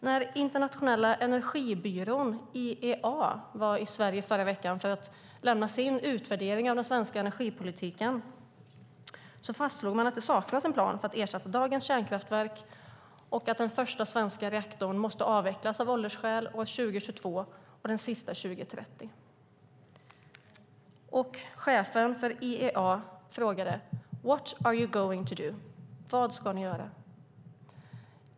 När Internationella energibyrån, IEA, var i Sverige i förra veckan för att lämna sin utvärdering av den svenska energipolitiken fastslog man att det saknas en plan för att ersätta dagens kärnkraftverk samt att den första svenska reaktorn måste avvecklas av åldersskäl 2022 och den sista 2030. Chefen för IEA frågade: What are you going to do? Alltså: Vad ska ni göra?